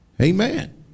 Amen